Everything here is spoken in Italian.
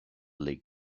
league